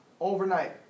overnight